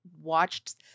Watched